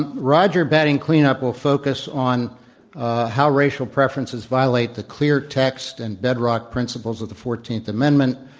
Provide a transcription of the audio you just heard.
and roger, batting cleanup, will focus on how racial preferences violate the clear text and bedrock pr inciples of the fourteenth amendment,